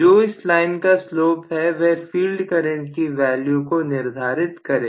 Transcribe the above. जो इस लाइन का स्लोप है वह फील्ड करंट की वैल्यू को निर्धारित करेगा